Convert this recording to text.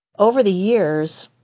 over the years,